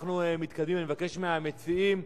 אני מבקש מהמציעים,